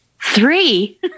three